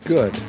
Good